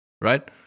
right